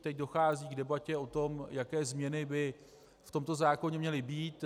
Teď dochází k debatě o tom, jaké změny by v tomto zákoně měly být.